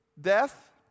death